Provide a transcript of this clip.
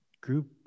group